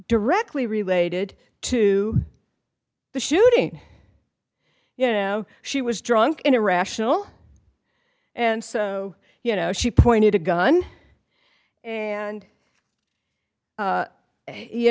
directly related to the shooting you know she was drunk and irrational and so you know she pointed a gun and